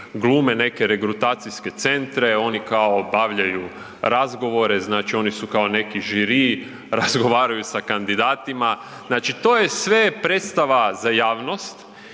glume neke regrutacijske centre, oni kao obavljaju razgovore, znači oni su kao neki žiri, razgovaraju sa kandidatima, znači to je sve predstava za javnost.